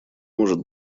может